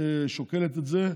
שוקלת את זה,